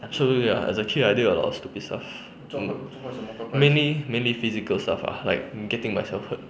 actually ah as a kid ah I did a lot of stupid stuff mm mainly mainly physical stuff ah like getting myself hurt